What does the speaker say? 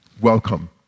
welcome